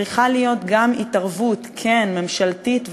צריכה להיות גם התערבות, כן, ממשלתית וציבורית,